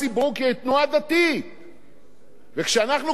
וכשאנחנו קברנו את מתינו אמרו לי שרי פנים